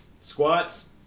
Squats